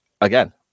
again